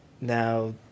now